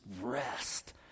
rest